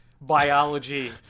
biology